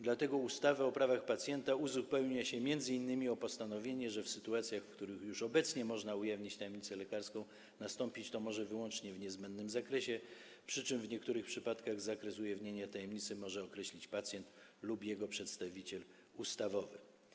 Dlatego ustawę o prawach pacjenta uzupełnia się m.in. o postanowienie, że w sytuacjach, w których już obecnie można ujawnić tajemnicę lekarską, nastąpić to może wyłącznie w niezmiennym zakresie, przy czym w niektórych przypadkach zakres ujawnienia tajemnicy może określić pacjent lub jego przedstawiciel ustawowy.